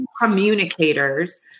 communicators